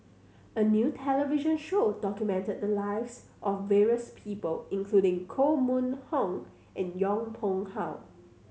a new television show document the lives of various people including Koh Mun Hong and Yong Pung How